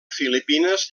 filipines